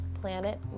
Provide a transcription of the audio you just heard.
planet